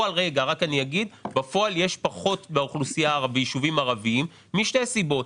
בפועל יש פחות בישובים הערביים, משתי סיבות.